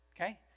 Okay